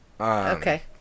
Okay